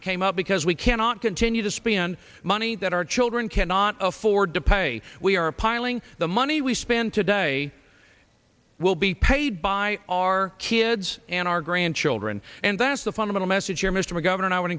it came up because we cannot continue to spend money that our children cannot afford to pay we are piling the money we spend today will be paid by our kids and our grandchildren and that's the fundamental message here mr mcgovern i would